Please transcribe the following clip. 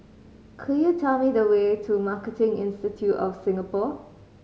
could you tell me the way to Marketing Institute of Singapore